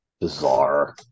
Bizarre